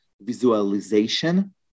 visualization